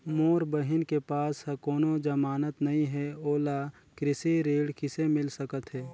मोर बहिन के पास ह कोनो जमानत नहीं हे, ओला कृषि ऋण किसे मिल सकत हे?